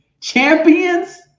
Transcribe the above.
Champions